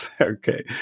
Okay